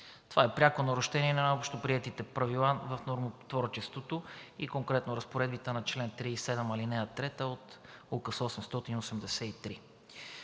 Това е пряко нарушение на общоприетите правила в нормотворчеството и конкретно разпоредбите на чл. 37, ал. 3 от Указ № 883.